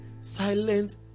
silent